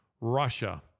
Russia